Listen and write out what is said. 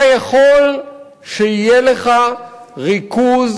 אתה יכול שיהיה לך ריכוז